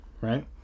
right